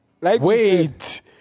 wait